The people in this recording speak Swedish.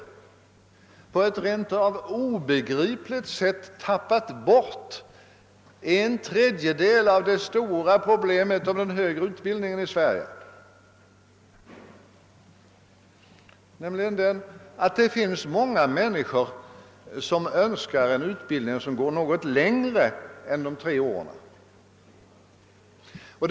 Vi har på ett rent av obegripligt sätt tappat bort det stora problemet i den högre utbildningen i Sverige, att det finns många människor som önskar en ordnad utbildning, som går något längre än de tre åren.